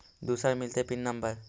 दुसरे मिलतै pin number?